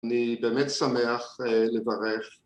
אני באמת שמח לברך